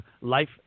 Life